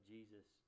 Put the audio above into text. Jesus